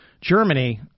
Germany